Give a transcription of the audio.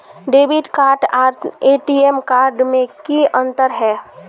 Debit card आर T M card में की अंतर है?